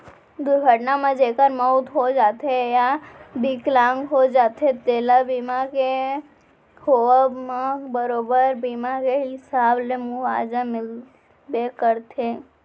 दुरघटना म जेकर मउत हो जाथे या बिकलांग हो जाथें तेला बीमा के होवब म बरोबर बीमा के हिसाब ले मुवाजा मिलबे करथे